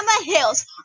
Hills